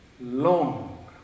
long